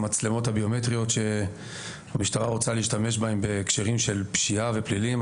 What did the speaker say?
המצלמות הביומטריות שהמשטרה רוצה להשתמש בהן בהקשרים של פשיעה ופלילים.